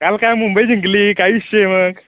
काल काय मुंबई जिंकली काय विषय मग